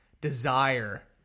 desire